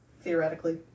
Theoretically